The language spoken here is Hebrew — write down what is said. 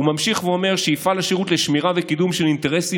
הוא ממשיך ואומר: "יפעל השירות לשמירה ולקידום של אינטרסים